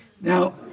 Now